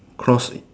cross